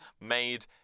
made